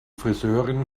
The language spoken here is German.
friseurin